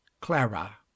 CLARA